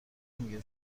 میگه